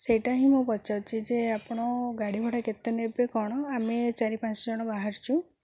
ସେଇଟା ହିଁ ମୁଁ ପଚାରୁଛି ଯେ ଆପଣ ଗାଡ଼ି ଭଡ଼ା କେତେ ନେବେ କ'ଣ ଆମେ ଚାରି ପାଞ୍ଚ ଜଣ ବାହାରିଛୁ